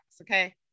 okay